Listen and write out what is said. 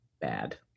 bad